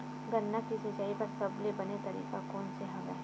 गन्ना के सिंचाई बर सबले बने तरीका कोन से हवय?